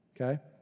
okay